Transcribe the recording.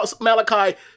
Malachi